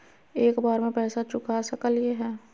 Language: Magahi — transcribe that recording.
एक बार में पैसा चुका सकालिए है?